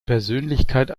persönlichkeit